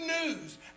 news